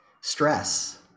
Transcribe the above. stress